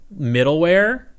middleware